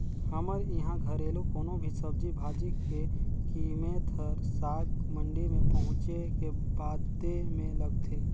हमर इहां घरेलु कोनो भी सब्जी भाजी के कीमेत हर साग मंडी में पहुंचे के बादे में लगथे